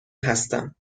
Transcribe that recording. هستم